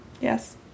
yes